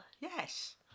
Yes